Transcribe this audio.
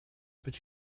but